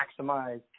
maximize